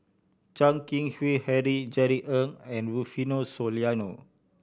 Chan Keng Howe Harry Jerry Ng and Rufino Soliano